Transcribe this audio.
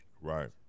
Right